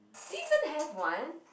did you even have one